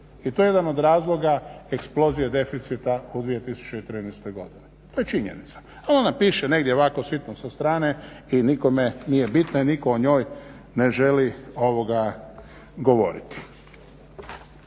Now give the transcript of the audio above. I to je jedan od razloga eksplozije deficita u 2013. godini. To je činjenica, ali ne piše negdje ovako sitno sa strane i nikome nije bitno, nitko o njoj ne želi govoriti.